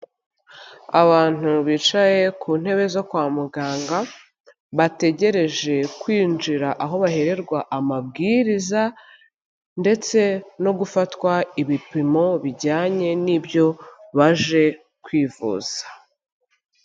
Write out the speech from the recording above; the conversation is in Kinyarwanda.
Abantu bicaye ku ntebe zo kwa muganga, bategereje kwinjira aho bahererwa amabwiriza, ndetse no gufatwa ibipimo bijyanye n'ibyo baje kwivuza.